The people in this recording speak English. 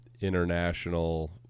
international